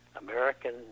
American